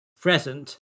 present